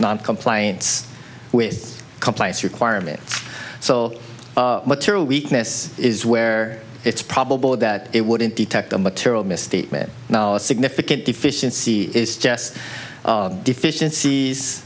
noncompliance with compliance requirements so material weakness is where it's probable that it wouldn't detect a material misstatement now a significant deficiency is just deficiencies